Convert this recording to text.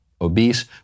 obese